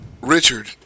Richard